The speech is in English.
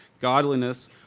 Godliness